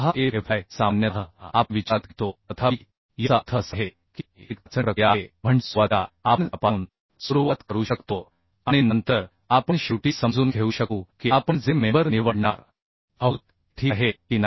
6 Fy सामान्यतः आपण विचारात घेतो तथापि याचा अर्थ असा आहे की ही एक चाचणी प्रक्रिया आहे म्हणजे सुरुवातीला आपण त्यापासून सुरुवात करू शकतो आणि नंतर आपण शेवटी समजून घेऊ शकू की आपण जे मेंबर निवडणार आहोत ते ठीक आहे की नाही